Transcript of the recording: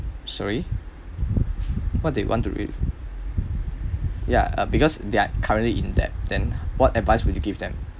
sorry what do you want to read yeah uh because they're currently in debt then what advice would you give them